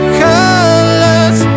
colors